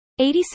86%